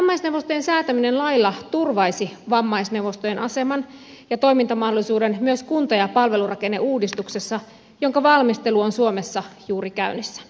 vammaisneuvostojen säätäminen lailla turvaisi vammaisneuvostojen aseman ja toimintamahdollisuuden myös kunta ja palvelurakenneuudistuksessa jonka valmistelu on suomessa juuri käynnissä